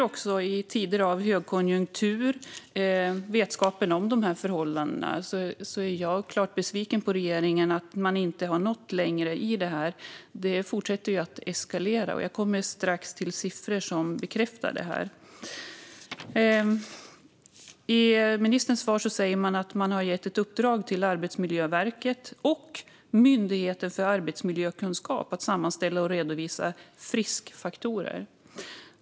I tider av högkonjunktur är jag klart besviken på att regeringen med vetskap om de här förhållandena inte har nått längre. Det fortsätter att eskalera. Jag kommer strax till siffror som bekräftar detta. I sitt svar säger ministern att man har gett ett uppdrag till Arbetsmiljöverket och Myndigheten för arbetsmiljökunskap att sammanställa och redovisa friskfaktorer.